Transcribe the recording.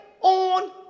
on